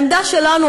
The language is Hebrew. העמדה שלנו,